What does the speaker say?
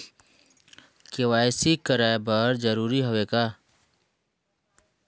KYC कराय बर जरूरी हवे का?